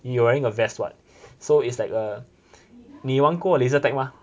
you are wearing a vest what so it's like a 你玩过 laser tag mah